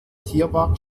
tierpark